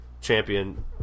champion